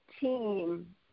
team